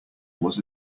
was